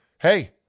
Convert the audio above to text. Hey